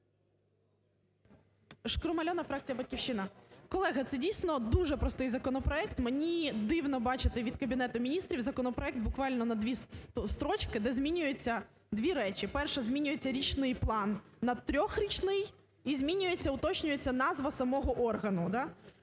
Шкрум Альона, фракція "Батьківщина". Колеги, це, дійсно, дуже простий законопроект. Мені дивно бачити від Кабінету Міністрів законопроект буквально на дві строчки, де змінюється дві речі: перша – змінюється річний план на трирічний і змінюється, уточнюється назва самого органу. Да.